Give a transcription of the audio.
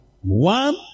One